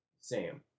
Sam